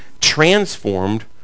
transformed